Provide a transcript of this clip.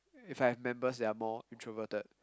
if I have members they are more introverted